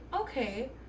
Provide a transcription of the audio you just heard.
okay